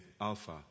Alpha